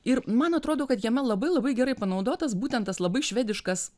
ir man atrodo kad jame labai labai gerai panaudotas būtent tas labai švediškas